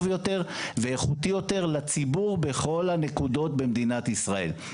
יותר ואיכותי יותר לציבור בכל הנקודות במדינת ישראל.